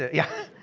yeah,